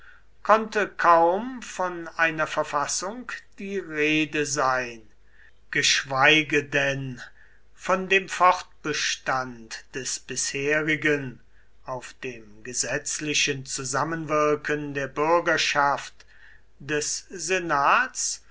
konnte kaum von einer verfassung die rede sein geschweige denn von denn fortbestand des bisherigen auf dem gesetzlichen zusammenwirken der bürgerschaft des senats